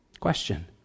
Question